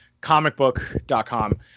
comicbook.com